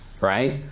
Right